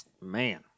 man